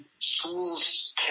Schools